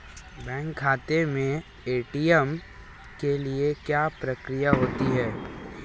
Bank खाते में ATM के लिए क्या प्रक्रिया होती है?